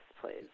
please